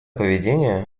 поведение